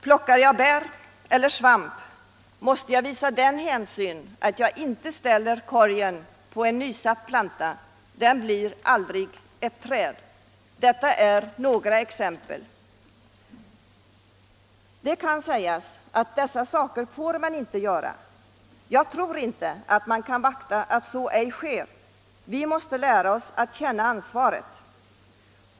Plockar jag bär eller svamp, måste jag visa den hänsynen att jag inte ställer korgen på en nysatt planta. Den plantan blir sedan aldrig ett träd. Detta är några exempel. Det kan sägas att dessa saker får man inte göra. Jag tror dock inte att man kan vakta så att inga överträdelser sker. Vi måste lära oss att känna ansvaret.